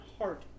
heart